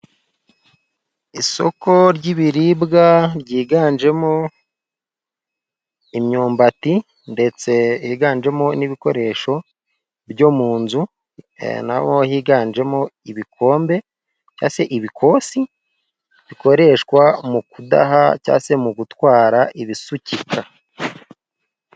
Isoko ry'ibiribwa ryiganjemo imyumbati ndetse ryiganjemo n'ibikoresho byo mu nzu na ho higanjemo ibikombe cyangwa se ibikosi bikoreshwa mu kudaha cyangwa se mu gutwara ibisukika.